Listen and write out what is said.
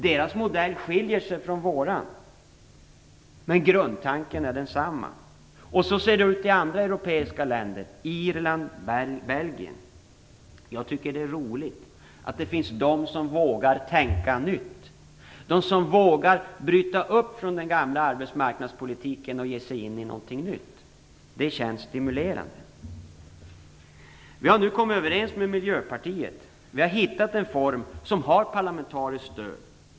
Deras modell skiljer sig från vår, men grundtanken är densamma. Så ser det ut i andra europeiska länder, t.ex. Irland och Belgien. Jag tycker att det är roligt att det finns de som vågar tänka nytt, de som vågar bryta upp från den gamla arbetsmarknadspolitiken och ge sig in i något nytt. Det känns stimulerande. Vi har nu kommit överens med Miljöpartiet. Vi har hittat en form som har parlamentariskt stöd.